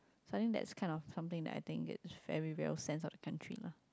so I think that's kind of something I think is very well sense of the country lah